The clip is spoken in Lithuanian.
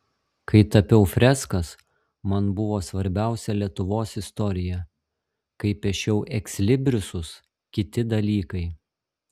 kai tapiau freskas man buvo svarbiausia lietuvos istorija kai piešiau ekslibrisus kiti dalykai